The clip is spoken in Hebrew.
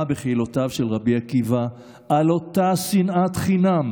בחילותיו של רבי עקיבא על אותה שנאת חינם